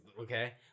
okay